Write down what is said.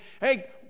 Hey